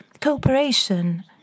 cooperation